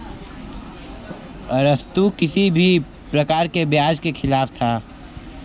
अरस्तु किसी भी प्रकार के ब्याज के खिलाफ था